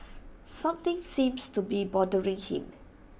something seems to be bothering him